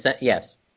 Yes